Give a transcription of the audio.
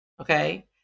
Okay